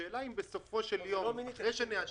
השאלה היא האם בסופו של יום, אחרי שנאשר